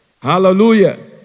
Hallelujah